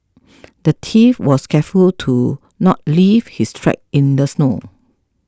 the thief was careful to not leave his track in the snow